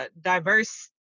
diverse